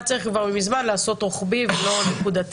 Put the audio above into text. היה צריך להחיל על חסר ישע רוחבית ולא נקודתית,